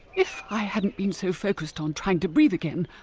if i hadn't been so focussed on trying to breath again,